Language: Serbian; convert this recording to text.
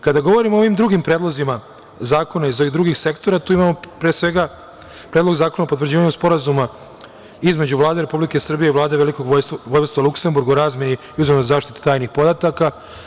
Kada govorim o ovim drugim predlozima zakona iz ovih drugih sektora, tu imamo pre svega Predlog zakona o potvrđivanju sporazuma između Vlade Republike Srbije i Vlade Velikog vojvodstva Luksemburg u razmeni i uzajamnoj zaštiti tajnih podataka.